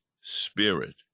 Spirit